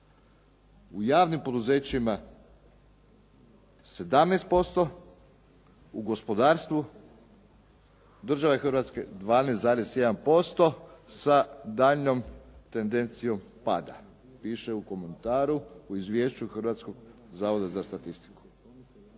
u javnim poduzećima 17%, u gospodarstvu države Hrvatske 12,1% sa daljnjom tendencijom pada, piše u komentaru u izvješću Hrvatskog zavoda za statistiku.